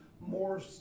more